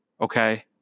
okay